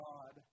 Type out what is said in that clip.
God